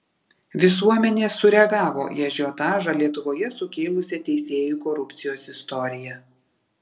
visuomenė sureagavo į ažiotažą lietuvoje sukėlusią teisėjų korupcijos istoriją